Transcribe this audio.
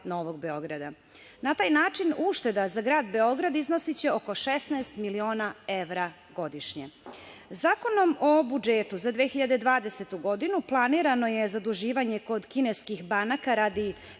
Novog Beograda. Na taj način ušteda za grad Beograd iznosiće oko 16.000.000 evra godišnje. Zakonom o budžetu za 2020. godinu planirano je zaduživanje kod kineskih banaka radi